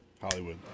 Hollywood